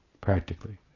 practically